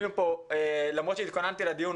למרות שהתכוננתי לדיון,